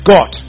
God